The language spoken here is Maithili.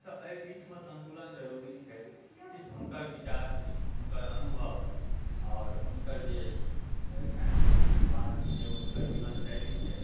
तऽ एहि बीचमे सन्तुलन जरूरी छै किछु हुनकर विचार किछु हुनकर अनुभव आओर हुनकर जे बात जे हुनकर जीवनशैली छै